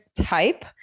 type